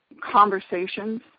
conversations